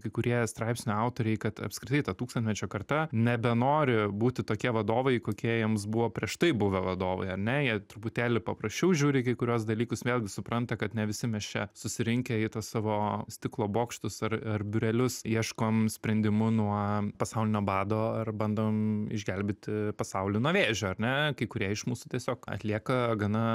kai kurie straipsnių autoriai kad apskritai ta tūkstantmečio karta nebenori būti tokie vadovai kokie jiems buvo prieš tai buvę vadovai ar ne jie truputėlį paprasčiau žiūri į kai kuriuos dalykus vėlgi supranta kad ne visi mes čia susirinkę į tuos savo stiklo bokštus ar ar biurelius ieškom sprendimų nuo pasaulinio bado ir bandom išgelbėti pasaulį nuo vėžio ar ne kai kurie iš mūsų tiesiog atlieka gana